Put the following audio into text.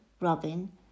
Robin